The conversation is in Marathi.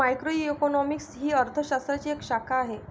मॅक्रोइकॉनॉमिक्स ही अर्थ शास्त्राची एक शाखा आहे